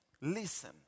listen